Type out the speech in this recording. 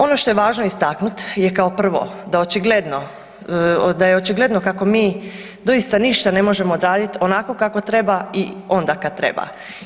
Ono što je važno istaknuti je kao prvo da očigledno, da je očigledno kako mi doista ništa ne možemo odraditi onako kako treba i onda kad treba.